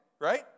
right